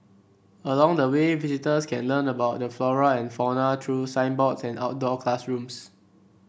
along the way visitors can learn about the flora and fauna through signboards and outdoor classrooms